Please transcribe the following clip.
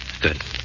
Good